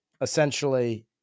essentially